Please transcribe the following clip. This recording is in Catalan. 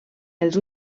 els